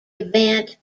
event